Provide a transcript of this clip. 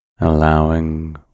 allowing